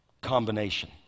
combination